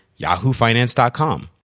yahoofinance.com